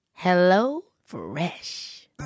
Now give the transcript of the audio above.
HelloFresh